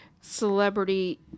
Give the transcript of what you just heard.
celebrity